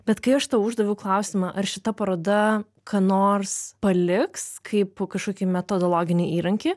bet kai aš tau uždaviau klausimą ar šita paroda ką nors paliks kaip kažkokį metodologinį įrankį